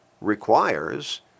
requires